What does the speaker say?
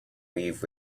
leave